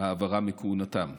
ההעברה מכהונתם.